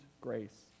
grace